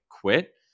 quit